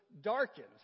darkened